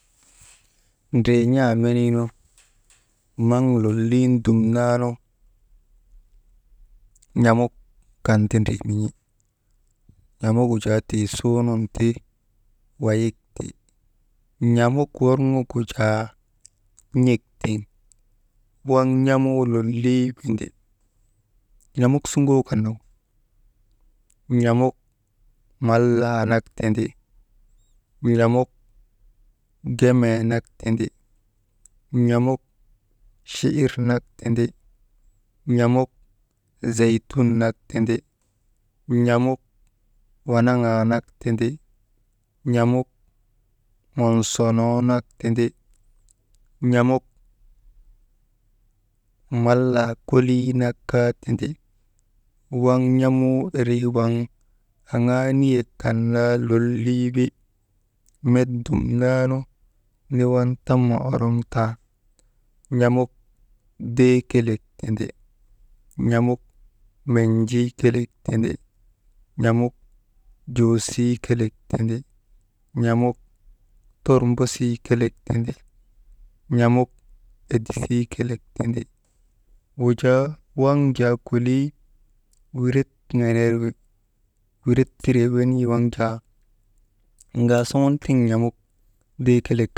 Ndriin̰a meniinu maŋ lolin dumnaanu n̰amuk kan ta ndrii min̰i, n̰amugu jaa tii suunun ti wayik ti, n̰amuk worŋogu jaa n̰ek tiŋ, waŋ n̰amuu loliii windi, n̰amuk suŋoo kan nak, n̰amuk mallaa nak tindi, n̰amukgemee nak tindi, n̰amuk chiir nak tindi, n̰amuk zeytun nak tindi, n̰amuk wanaŋaa nak tindi, n̰amuk monsonoo nak tindi, n̰amuk mallaa kolii nak kaa tindi, waŋ n̰amuu irii waŋ aŋaa niyek kan naa lolii wi, met dumnaanu niwan tama oroŋtan, n̰amuk dee kelek tindi, n̰amuk menjii kelek tindi, n̰amuk joosii kelek tindi, n̰amuk tormbosii kelek tindi, n̰amuk edisii kelek tindi, wujaa waŋ jaa kolii wiret nirer wi, weret tiree wenii waŋ jaa ŋaasuŋun tin n̰amuk dee kelek.